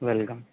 welcome